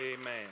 Amen